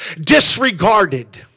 disregarded